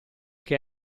che